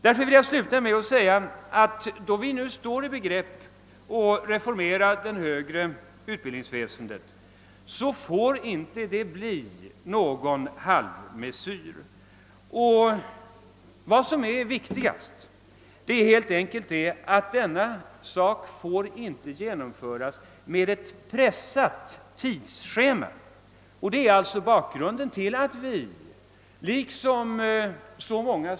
När vi nu står i begrepp att reformera det högre utbildningsväsendet, så får det inte bli någon halvmesyr. Viktigast är att denna sak inte genomförs med ett pressat tidsschema. Detta är alltså bakgrunden till att vi liksom så många.